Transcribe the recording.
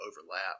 overlap